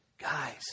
Guys